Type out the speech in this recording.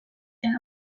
can